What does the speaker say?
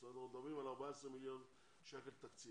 בסך הכול אנחנו מדברים על 14 מיליון שקל תקציב,